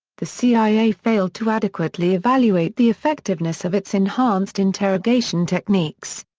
the cia failed to adequately evaluate the effectiveness of its enhanced interrogation techniques.